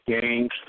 games